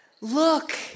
Look